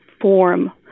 form